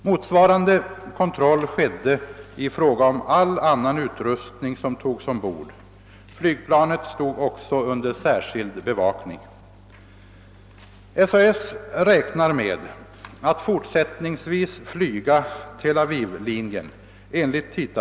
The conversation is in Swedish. Motsvarande kontroll skedde i fråga om all annan utrustning som togs ombord. Flygplanet stod också under särskild bevakning.